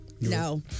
no